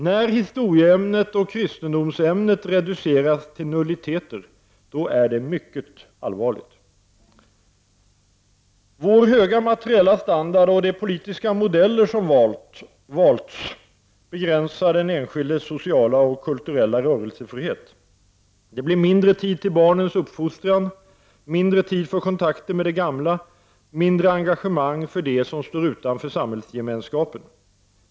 När historieämnet och kristendomsämnet reduceras till nulliteter är det mycket allvarligt. Vår höga materiella standard och de politiska modeller som valts begränsar den enskildes sociala och kulturella rörelsefrihet. Det blir mindre tid till barnens uppfostran, mindre tid för kontakter med de gamla, mindre engagemang för dem som står utanför samhällsgemenskapen.